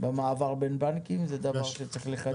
במעבר בין בנקים, זה דבר שצריך לחדד אותו.